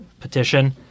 petition